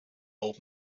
old